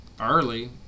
early